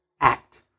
act